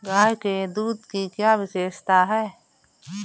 गाय के दूध की क्या विशेषता है?